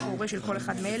אח או הורה של כל אחד מאלה,